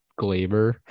Glaber